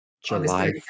July